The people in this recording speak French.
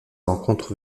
rencontre